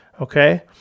okay